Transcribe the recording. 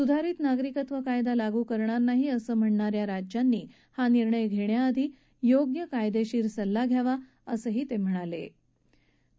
सुधारित नागरिकत्व कायदा लागू करणार नाही असं म्हणणाऱ्या राज्यांनी हा निर्णय घेण्याआधी योग्य कायदेशीर सल्ला घ्यावा असंही प्रसाद यांनी म्हटलं आहे